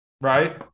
right